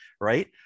right